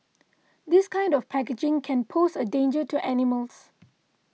this kind of packaging can pose a danger to animals